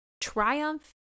triumph